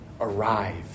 arrive